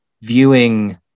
viewing